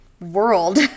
world